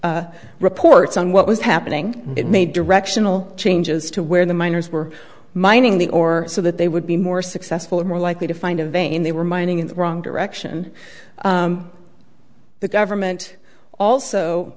made reports on what was happening it made directional changes to where the miners were mining the or so that they would be more successful or more likely to find a vein they were mining in the wrong direction the government also